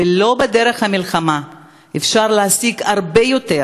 ולא בדרך המלחמה, אפשר להשיג הרבה יותר